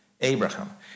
Abraham